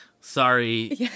sorry